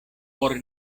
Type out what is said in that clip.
por